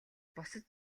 бусад